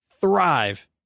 thrive